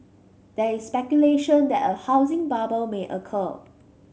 there is speculation that a housing bubble may occur